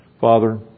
Father